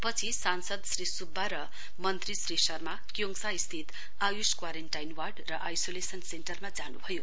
पछि सांसद श्री सुब्बा र मन्त्री श्री शर्मा क्योङसा स्थित आयूष क्वारेन्टीन वार्ड र आइसोलेशन सेन्टरमा जानुभयो